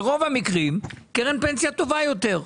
ברוב המקרים קרן פנסיה טובה יותר.